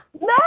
No